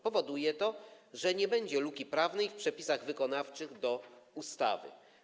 Powoduje to, że nie będzie luki prawnej w przepisach wykonawczych do ustawy.